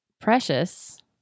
precious